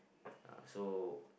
uh so